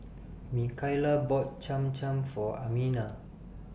Mikaila bought Cham Cham For Amina